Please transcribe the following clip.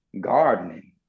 gardening